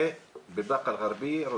אופטומטריסט מבאקה אל גרביה,